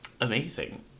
Amazing